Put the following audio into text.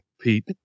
Pete